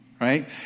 right